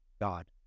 God